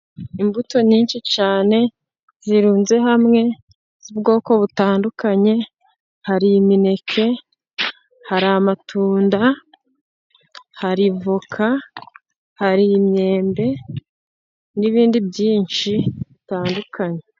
Imbuto nyinshi cyane zirunze hamwe, z'ubwoko butandukanye hari: imineke, hari amatunda, hari voka, hari imyembe n'ibindi byinshi bitandukanye.